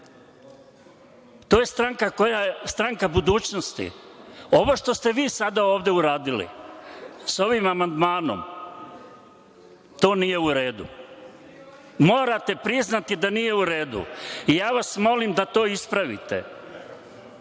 koja je stranka budućnosti. Ovo što ste vi sada ovde uradili sa ovim amandmanom, to nije u redu. Morate priznati da nije u redu. Ja vas molim da to ispravite.